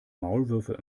maulwürfe